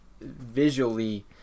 visually